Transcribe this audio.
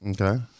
Okay